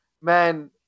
man